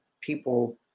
people